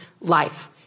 life